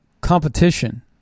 competition